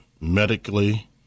medically